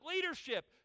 leadership